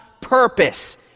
purpose